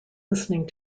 listening